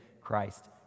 Christ